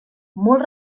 molt